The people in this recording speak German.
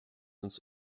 ins